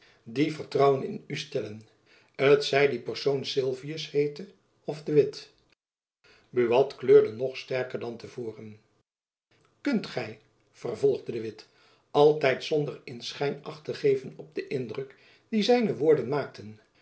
die vertrouwen in u stellen t zij die persoon sylvius heete of de witt buat kleurde nog sterker dan te voren kunt gy vervolgde de witt altijd zonder in schijn acht te geven op den indruk dien zijne woorden maakten